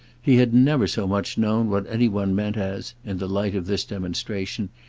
he had never so much known what any one meant as, in the light of this demonstration,